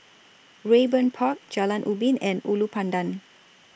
Raeburn Park Jalan Ubin and Ulu Pandan